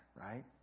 right